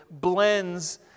blends